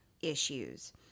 issues